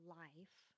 life